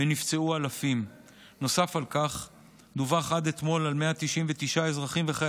יושב-ראש הכנסת, המשנה לנשיאת בית המשפט